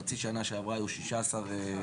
בחצי השנה שעברה היו 16 הברחות.